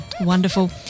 Wonderful